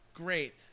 Great